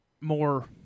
more